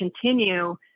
continue